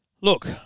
Look